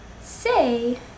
say